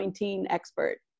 expert